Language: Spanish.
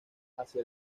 hacia